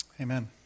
Amen